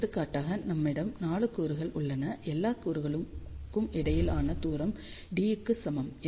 எடுத்துக்காட்டாக நம்மிடம் 4 கூறுகள் உள்ளன எல்லா கூறுகளுக்கும் இடையிலான தூரம் d க்கு சமம்